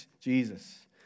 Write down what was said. Jesus